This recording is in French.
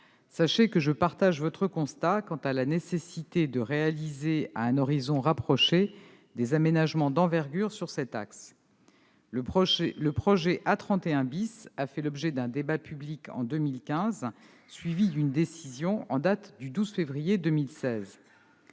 Sachez que je partage votre constat quant à la nécessité de réaliser à un horizon rapproché des aménagements d'envergure sur cet axe. Le projet A 31 a fait l'objet d'un débat public en 2015, suivi d'une décision en date du 12 février 2016.